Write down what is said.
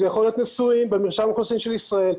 זה יכול להיות נשואים במרשם האוכלוסין של ישראל,